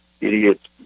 idiot